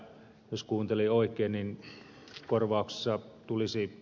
jos kuuntelin oikein niin korvauksessa tulisi ed